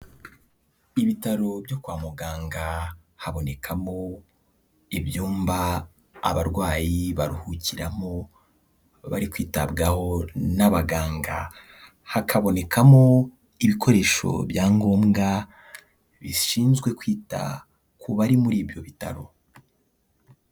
Ibitaro byo kwa muganga habonekamo ibyumba abarwayi baruhukiramo bari kwitabwaho n'abaganga. Hakabonekamo ibikoresho bya ngombwa bishinzwe kwita ku bari muri ibyo bitaro.